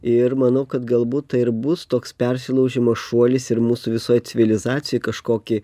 ir manau kad galbūt tai ir bus toks persilaužimo šuolis ir mūsų visoj civilizacijoj kažkokį